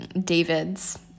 David's